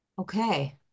Okay